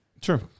True